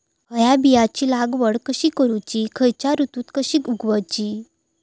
हया बियाची लागवड कशी करूची खैयच्य ऋतुत कशी उगउची?